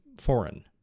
foreign